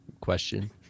question